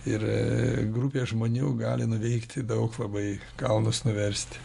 ir grupė žmonių gali nuveikti daug labai kalnus nuversti